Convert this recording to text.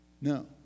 No